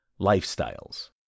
lifestyles